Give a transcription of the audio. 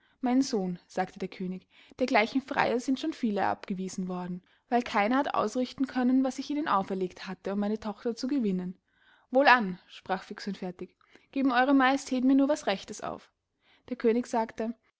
mein sohn sagte der könig dergleichen freier sind schon viele abgewiesen worden weil keiner hat ausrichten können was ich ihnen auferlegt hatte um meine tochter zu gewinnen wohlan sprach fix und fertig geben ew majestät mir nur was rechtes auf der könig sagte